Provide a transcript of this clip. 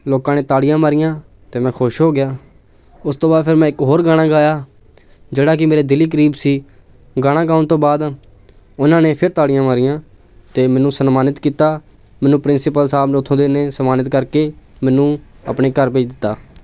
ਲੋਕਾਂ ਨੇ ਤਾੜੀਆਂ ਮਾਰੀਆਂ ਅਤੇ ਮੈਂ ਖੁਸ਼ ਹੋ ਗਿਆ ਉਸ ਤੋਂ ਬਾਅਦ ਫਿਰ ਮੈਂ ਇੱਕ ਹੋਰ ਗਾਣਾ ਗਾਇਆ ਜਿਹੜਾ ਕਿ ਮੇਰੇ ਦਿਲੀ ਕਰੀਬ ਸੀ ਗਾਣਾ ਗਾਉਣ ਤੋਂ ਬਾਅਦ ਉਹਨਾਂ ਨੇ ਫਿਰ ਤਾੜੀਆਂ ਮਾਰੀਆਂ ਅਤੇ ਮੈਨੂੰ ਸਨਮਾਨਿਤ ਕੀਤਾ ਮੈਨੂੰ ਪ੍ਰਿੰਸੀਪਲ ਸਾਹਿਬ ਨੇ ਉੱਥੋਂ ਦੇ ਨੇ ਸਨਮਾਨਿਤ ਕਰਕੇ ਮੈਨੂੰ ਆਪਣੇ ਘਰ ਭੇਜ ਦਿੱਤਾ